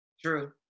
True